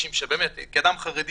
כאדם חרדי,